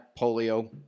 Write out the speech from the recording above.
polio